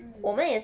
mm